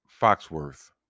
Foxworth